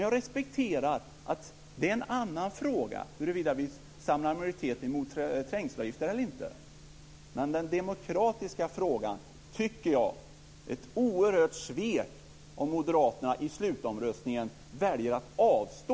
Jag respekterar att det är en annan fråga huruvida vi samlar en majoritet mot trängselavgifter eller inte, men i den demokratiska frågan är det ett oerhört svek om Moderaterna i slutomröstningen väljer att avstå.